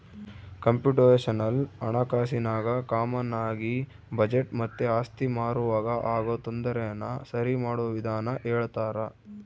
computational ಹಣಕಾಸಿನಾಗ ಕಾಮಾನಾಗಿ budget ಮತ್ತೆ ಆಸ್ತಿ ಮಾರುವಾಗ ಆಗೋ ತೊಂದರೆನ ಸರಿಮಾಡೋ ವಿಧಾನ ಹೇಳ್ತರ